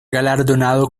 galardonado